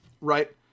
right